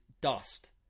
dust